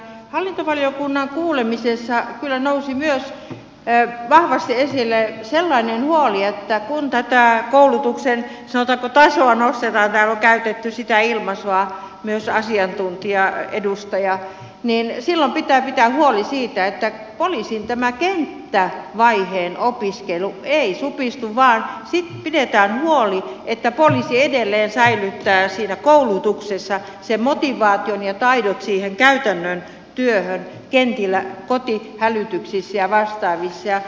hallintovaliokunnan kuulemisessa kyllä nousi myös vahvasti esille sellainen huoli että kun tätä koulutuksen sanotaanko tasoa nostetaan täällä on käytetty sitä ilmaisua myös asiantuntijaedustaja niin silloin pitää pitää huoli siitä että poliisin tämä kenttävaiheen opiskelu ei supistu vaan pidetään huoli että poliisi edelleen säilyttää siinä koulutuksessa sen motivaation ja taidot siihen käytännön työhön kentillä kotihälytyksissä ja vastaavissa